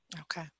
Okay